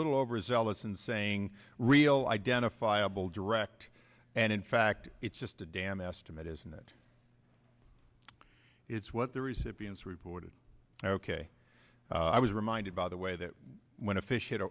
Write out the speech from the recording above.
little overzealous in saying real identifiable direct and in fact it's just a damn estimate isn't that it's what the recipients reported ok i was reminded by the way that when a fish it